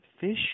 fish